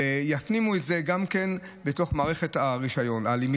ויפנימו את זה גם כן בתוך מערכת הלמידה.